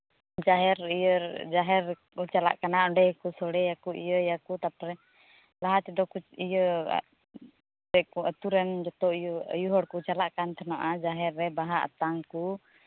ᱡᱟᱦᱮᱨ ᱤᱭᱟᱹ ᱡᱟᱦᱮᱨ ᱠᱚ ᱪᱟᱞᱟᱜ ᱠᱟᱱᱟ ᱚᱸᱰᱮ ᱜᱮᱠᱚ ᱥᱳᱲᱮᱭᱟᱠᱚ ᱤᱭᱟᱹᱭᱟᱠᱚ ᱛᱟᱨᱯᱚᱨᱮ ᱞᱟᱦᱟ ᱛᱮᱫᱚ ᱠᱚ ᱤᱭᱟᱹ ᱟᱹᱛᱩ ᱨᱮᱱ ᱡᱚᱛᱚ ᱤᱭᱟᱹ ᱟᱹᱭᱩ ᱦᱚᱲ ᱠᱚ ᱪᱟᱞᱟᱜ ᱠᱟᱱ ᱛᱟᱦᱮᱱᱟ ᱡᱟᱦᱮᱨ ᱨᱮ ᱵᱟᱦᱟ ᱟᱛᱟᱝ ᱠᱚ